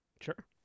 sure